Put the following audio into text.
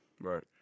Right